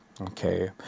Okay